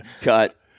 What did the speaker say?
Cut